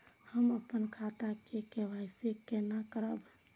हम अपन खाता के के.वाई.सी केना करब?